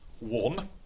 one